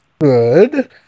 good